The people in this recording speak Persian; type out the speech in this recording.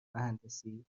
مهندسی